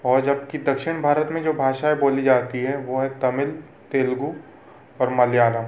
औ जबकि दक्षिण भारत में जो भाषाएं बोली जाती हैं वो है तमिल तेलुगू और मलयालम